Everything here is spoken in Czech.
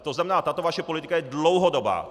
To znamená, tato vaše politika je dlouhodobá.